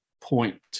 point